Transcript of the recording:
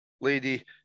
lady